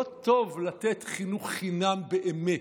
לא טוב חינוך חינם באמת,